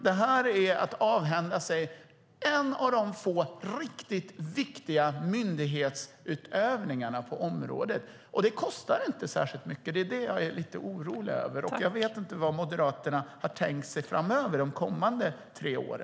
Detta innebär att man avhänder sig en av de få riktigt viktiga myndighetsutövningarna på området. Den kostar inte särskilt mycket. Jag är lite orolig över detta, och jag vet inte vad Moderaterna har tänkt sig framöver under de kommande tre åren.